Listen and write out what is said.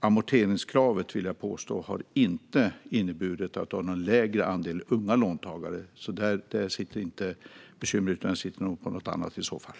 Amorteringskravet har inte inneburit att det blivit en lägre andel unga låntagare, vill jag påstå. Där sitter inte bekymret, utan det sitter någon annanstans i så fall.